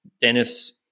Dennis